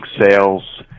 sales